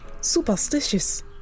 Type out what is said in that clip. superstitious